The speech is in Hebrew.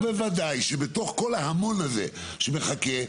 בוודאי שבתוך כל ההמון הזה שמחכה,